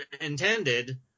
intended